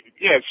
Yes